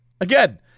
Again